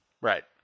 Right